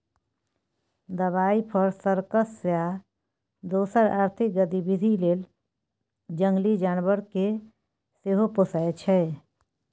दबाइ, फर, सर्कस आ दोसर आर्थिक गतिबिधि लेल जंगली जानबर केँ सेहो पोसय छै